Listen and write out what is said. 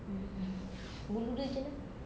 bulu dia macam mana